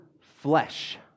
flesh